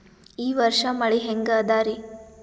ಈ ವರ್ಷ ಮಳಿ ಹೆಂಗ ಅದಾರಿ?